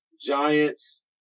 Giants